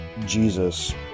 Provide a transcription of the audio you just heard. Jesus